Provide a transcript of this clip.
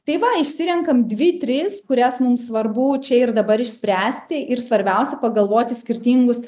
tai va išsirenkam dvi tris kurias mums svarbu čia ir dabar išspręsti ir svarbiausia pagalvoti skirtingus